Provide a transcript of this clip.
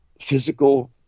physical